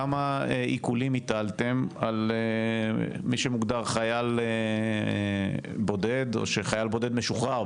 כמה עיקולים הטלתם על מי שמוגדר חייל בודד או שחייל בודד משוחרר?